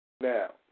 Now